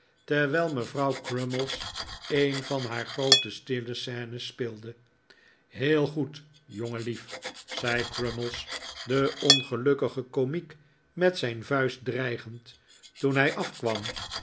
terwijl mevrouw crummies een van haar groote stille scene's speelde heel goed jongenlief zei crummies den ongelukkigen komiek met zijn vuist dreigend toen hij afkwam